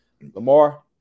Lamar